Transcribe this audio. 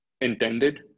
intended